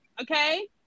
okay